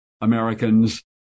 Americans